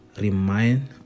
remind